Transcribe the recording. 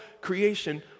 creation